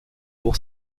pour